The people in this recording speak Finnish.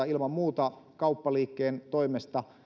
ilman muuta kauppaliikkeen toimesta